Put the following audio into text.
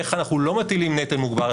איך אנחנו לא מטילים נטל מוגבר,